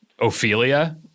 Ophelia